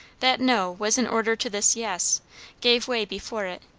that no was in order to this yes gave way before it,